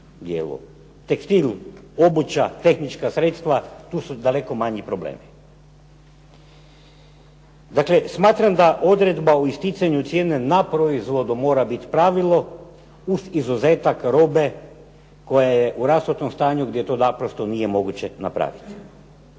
dijelu. Tekstil, obuća, tehnička sredstva tu su daleko manji problemi. Dakle, smatram da odredba o isticanju cijene na proizvodu mora biti pravilo uz izuzetak robe koja je u rasutom stanju gdje to naprosto nije moguće napraviti.